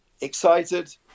excited